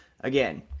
Again